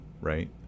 right